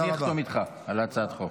אני אחתום איתך על הצעת חוק.